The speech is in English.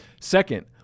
Second